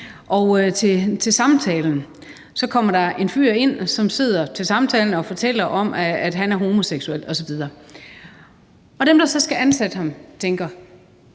Til samtalen kommer der en fyr ind, og han sidder til samtalen og fortæller om, at han er homoseksuel osv. Og dem, der så skal ansætte ham, tænker,